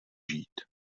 žít